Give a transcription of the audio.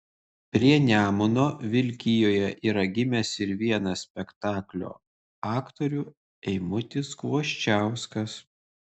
prie nemuno vilkijoje yra gimęs ir vienas spektaklio aktorių eimutis kvoščiauskas